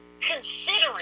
considering